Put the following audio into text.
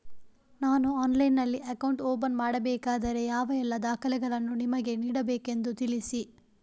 ನಾನು ಆನ್ಲೈನ್ನಲ್ಲಿ account open ಮಾಡಬೇಕಾದರೆ ಯಾವ ಎಲ್ಲ ದಾಖಲೆಗಳನ್ನು ನಿಮಗೆ ನೀಡಬೇಕೆಂದು ತಿಳಿಸಿ?